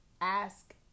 ask